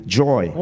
joy